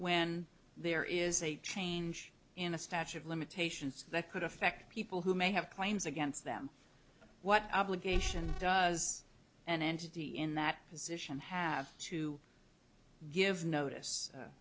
when there is a change in a statute of limitations that could affect people who may have claims against them what obligation as an entity in that position have to give notice